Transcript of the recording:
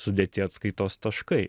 sudėti atskaitos taškai